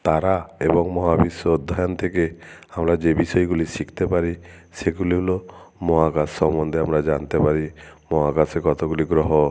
তারা এবং মহাবিশ্ব অধ্যায়ন থেকে আমরা যে বিষয়গুলি শিখতে পারি সেগুলি হলো মহাকাশ সম্বন্ধে আমরা জানতে পারি মহাকাশে কতোগুলি গ্রহ